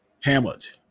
hamlet